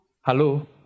Hello